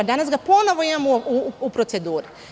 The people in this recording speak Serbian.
Danas ga ponovo imamo u proceduri.